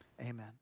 amen